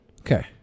Okay